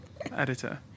editor